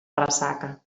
ressaca